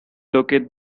locate